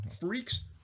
Freaks